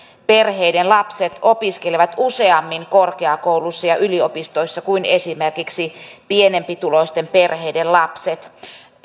perheiden lapset opiskelevat useammin korkeakouluissa ja yliopistoissa kuin esimerkiksi pienempituloisten perheiden lapset